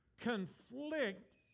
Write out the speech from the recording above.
conflict